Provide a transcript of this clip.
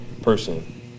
person